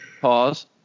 pause